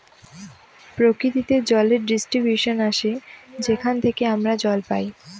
প্রকৃতিতে জলের ডিস্ট্রিবিউশন আসে যেখান থেকে আমরা জল পাই